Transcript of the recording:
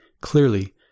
Clearly